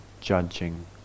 judging